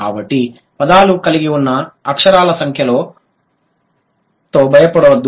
కాబట్టి పదాలు కలిగి ఉన్న అక్షరాల సంఖ్యతో భయపడవద్దు